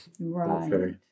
Right